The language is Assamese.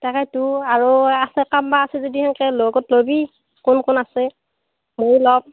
তাকেইটো আৰু আছে আছে যদি সেনেকৈ লগত ল'বি কোন কোন আছে মইও ল'ম